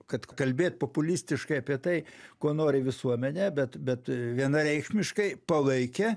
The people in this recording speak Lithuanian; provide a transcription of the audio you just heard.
kad kalbėt populistiškai apie tai ko nori visuomenė bet bet vienareikšmiškai palaikė